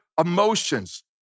emotions